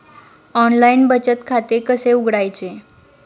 Online बचत खाते कसे उघडायचे?